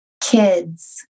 kids